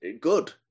good